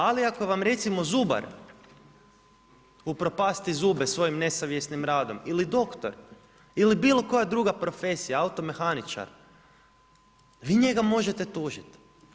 Ali, ako vam recimo zubar upropasti zube svojim nesavjesnim radom ili doktor, ili bilo koja druga profesija, automehaničar, vi njega možete tužiti.